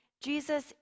Jesus